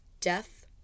Death